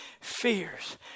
fears